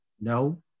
no